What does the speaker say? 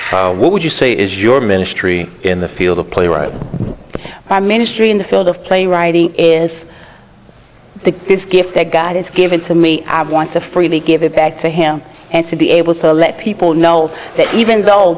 ministry would you say is your ministry in the field of play or my ministry in the field of play writing is the gift that god has given to me i want to freely give it back to him and to be able to let people know that even though